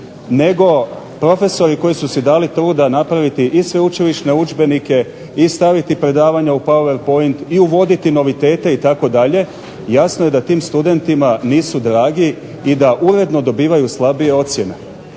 nego profesori koji su si dali truda napraviti i sveučilišne udžbenike i staviti predavanje u PowerPoint i uvoditi novitete itd. jasno je da tim studentima nisu dragi i da uredno dobivaju slabije ocjene.